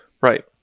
Right